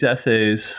essays